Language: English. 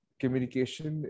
communication